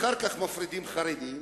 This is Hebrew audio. אחר כך מפרידים חרדים,